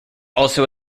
also